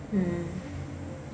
mm